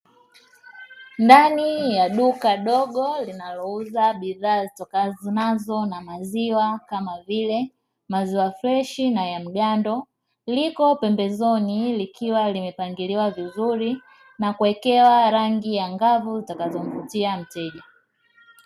Ndani ya duka dogo linalouza bidhaa zitokanazo na maziwa kama vile maziwa freshi na ya mgando, liko pembezoni likiwa limepangiliwa vizuri na kuwekewa rangi ya angavu zitakazomvutia mteja.